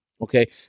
Okay